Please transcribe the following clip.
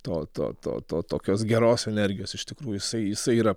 to to to to tokios geros energijos iš tikrųjų jisai jisai yra